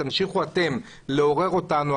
תמשיכו אתם לעורר אותנו.